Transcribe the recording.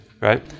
right